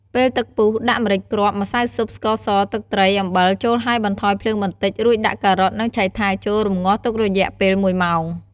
ពេលទឹកពុះដាក់ម្រេចគ្រាប់ ម្សៅស៊ុប ស្ករស ទឹកត្រី អំបិលចូលហើយបន្ថយភ្លើងបន្តិចរួចដាក់ ការ៉ុត និងឆៃថាវចូលរម្ងាស់ទុករយៈពេលមួយម៉ោង។